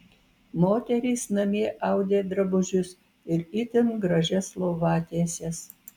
moterys namie audė drabužius ir itin gražias lovatieses